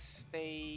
stay